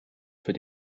für